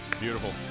Beautiful